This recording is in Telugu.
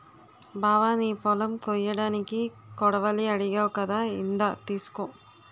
బావా నీ పొలం కొయ్యడానికి కొడవలి అడిగావ్ కదా ఇందా తీసుకో